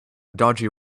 dodgy